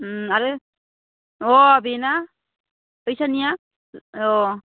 ओम आरो अह बेना ओइसानिया अह